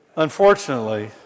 Unfortunately